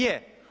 Je.